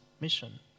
Mission